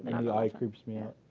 and eye creeps me out.